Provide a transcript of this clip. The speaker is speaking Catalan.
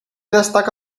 destaca